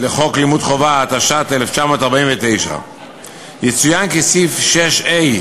לחוק לימוד חובה, התש"ט 1949. יצוין כי סעיף 6(ה)